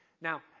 Now